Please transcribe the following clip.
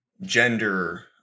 gender